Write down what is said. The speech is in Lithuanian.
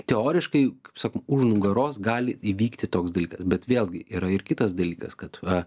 teoriškai kaip sako už nugaros gali įvykti toks dalykas bet vėlgi yra ir kitas dalykas kad a